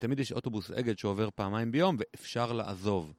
תמיד יש אוטובוס אגד שעובר פעמיים ביום ואפשר לעזוב